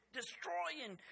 destroying